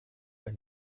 ein